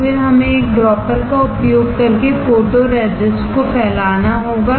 तो फिर हमें एक ड्रॉपर का उपयोग करके फोटोरेसिस्ट को फैलाना होगा